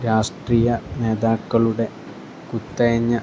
രാഷ്ട്രീയ നേതാക്കളുടെ കുത്തഴിഞ്ഞ